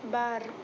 बार